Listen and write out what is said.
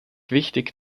wichtig